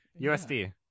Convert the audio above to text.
USD